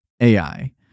AI